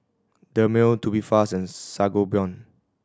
Dermale Tubifast and Sangobion